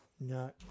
No